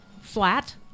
flat